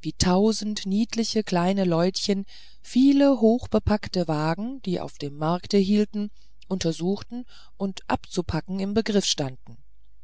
wie tausend niedliche kleine leutchen viele hoch bepackte wagen die auf dem markte hielten untersuchten und abzupacken im begriff standen